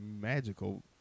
magical